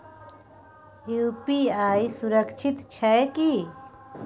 UPI सुरक्षित छै की?